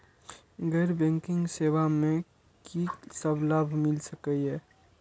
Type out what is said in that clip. गैर बैंकिंग सेवा मैं कि सब लाभ मिल सकै ये?